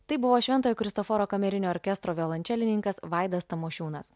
tai buvo šventojo kristoforo kamerinio orkestro violončelininkas vaidas tamošiūnas